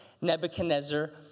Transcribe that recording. Nebuchadnezzar